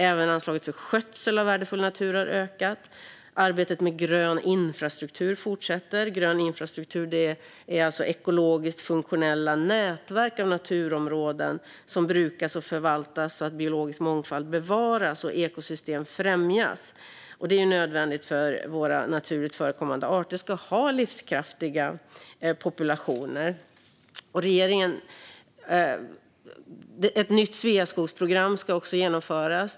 Även anslaget för skötsel av värdefull natur har ökat. Arbetet med grön infrastruktur fortsätter. Grön infrastruktur är ekologiskt funktionella nätverk av naturområden som brukas och förvaltas så att biologisk mångfald bevaras och ekosystem främjas. Detta är nödvändigt för att våra naturligt förekommande arter ska ha livskraftiga populationer. Ett nytt Sveaskogsprogram ska också genomföras.